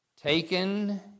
taken